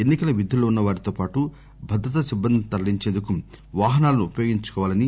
ఎన్నికల విధుల్లో ఉన్న వారితో పాటు భద్రతా సిబ్బందిని తరలించేందుకు వాహనాలను ఉపయోగించుకోవాలని